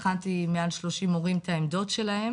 בחנתי מעל 30 מורים את העמדות שלהם